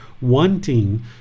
wanting